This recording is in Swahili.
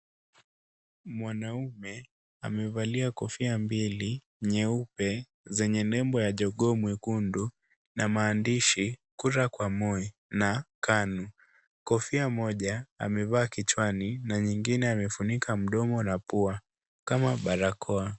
Mwanaume, amevalia kofia mbili, nyeupe zenye nembo ya jogoo nyekundu na maandishi,'kura kwa moi',na KANU.Kofia moja, amevaa kichwani na nyingine amefunika mdomo na pua, kama barakoa.